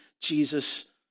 Jesus